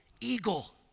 eagle